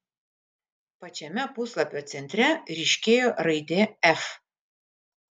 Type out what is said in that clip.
pačiame puslapio centre ryškėjo raidė f